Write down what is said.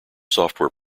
software